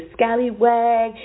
Scallywag